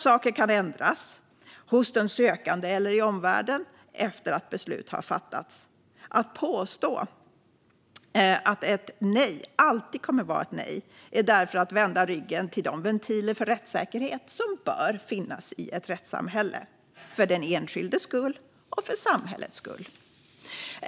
Saker kan ändras hos den sökande eller i omvärlden efter att beslut har fattats. Att påstå att ett nej alltid kommer att vara ett nej är därför att vända ryggen till de ventiler för rättssäkerhet som bör finnas i ett rättssamhälle, för den enskildes skull och för samhällets skull.